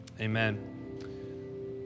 Amen